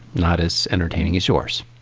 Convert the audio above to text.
not as entertaining as yours,